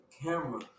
camera